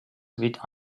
with